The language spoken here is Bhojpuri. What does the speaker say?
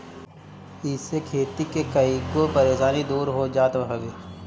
इसे खेती के कईगो परेशानी दूर हो जात हवे